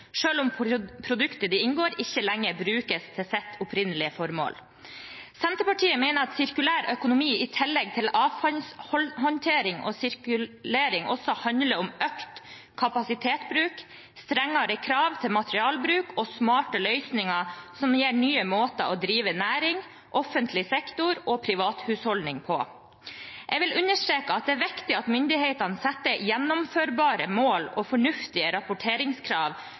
selv om produktet de inngår i, ikke lenger brukes til sitt opprinnelige formål. Senterpartiet mener at sirkulær økonomi i tillegg til avfallshåndtering og sirkulering handler om økt kapasitetbruk, strengere krav til materialbruk og smarte løsninger som gir nye måter å drive næring, offentlig sektor og privathusholdning på. Jeg vil understreke at det er viktig at myndighetene setter gjennomførbare mål og fornuftige rapporteringskrav